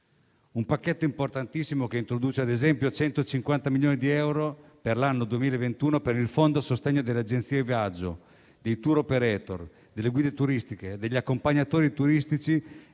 un pacchetto importantissimo, che introduce ad esempio 150 milioni di euro, per l'anno 2021, per il fondo a sostegno delle agenzie di viaggio, dei *tour operator*, delle guide turistiche e degli accompagnatori turistici